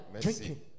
Drinking